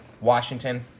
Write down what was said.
Washington